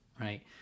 Right